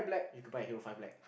you could buy a hero five line